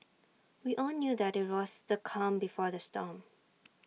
we all knew that IT was the calm before the storm